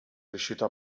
riuscito